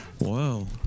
wow